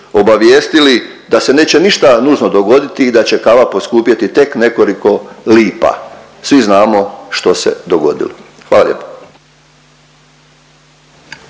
obavijestili da se neće ništa nužno dogoditi i da će kava poskupjeti tek nekoliko lipa. Svi znamo što se dogodilo. Hvala lijepo.